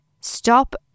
Stop